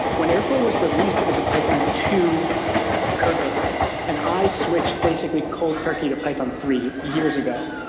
when airflow was released, it was a python two codebase and i switched basically cold turkey to python three years ago.